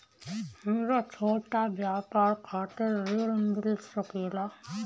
हमरा छोटा व्यापार खातिर ऋण मिल सके ला?